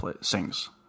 sings